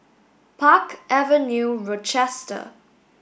Park Avenue Rochester